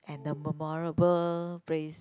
and the memorable place